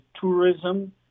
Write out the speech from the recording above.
tourism